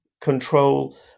control